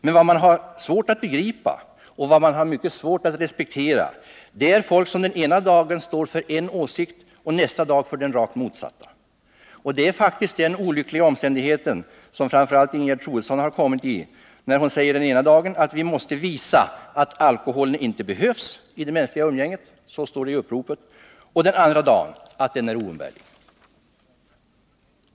Men vad som är svårt att begripa och vad som är mycket svårt att respektera är människor som den ena dagen står för en åsikt men som nästa dag står för en åsikt som är den rakt motsatta. Framför allt Ingegerd Troedsson har faktiskt hamnat i den olyckliga omständigheten. Den ena dagen säger hon att vi måste visa att alkoholen inte behövs i det mänskliga umgänget — så står det i uppropet —, och den andra dagen säger hon att alkoholen är oumbärlig.